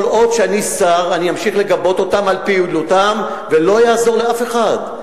כל עוד אני שר אני אמשיך לגבות אותם על פעילותם ולא יעזור לאף אחד,